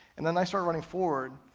and then i start running forward,